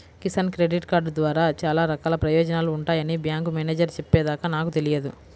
Kisan credit card ద్వారా చాలా రకాల ప్రయోజనాలు ఉంటాయని బ్యాంకు మేనేజేరు చెప్పే దాకా నాకు తెలియదు